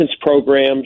programs